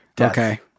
Okay